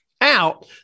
out